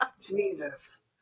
Jesus